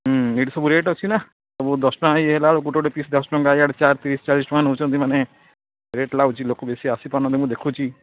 ହୁଁ ଏଇଠି ସବୁ ରେଟ୍ ଅଛି ନା ସବୁ ଦଶ ଟଙ୍କା ହେଇ ହେଲାବେଳକୁ ଗୋଟେ ଗୋଟେ ପିସ୍ ଦଶ ଟଙ୍କା ୟାଡ଼େ ଚାଟ ତିରିଶି ଚାଳିଶି ଟଙ୍କା ନଉଛନ୍ତି ମାନେ ରେଟ୍ ଲାଗୁଛି ଲୋକ ବେଶୀ ଆସିପାରୁନାହାନ୍ତି ମୁଁ ଦେଖୁଛି